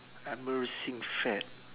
embarrassing fad